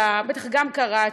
בטח גם קראת,